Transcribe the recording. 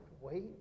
wait